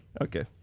Okay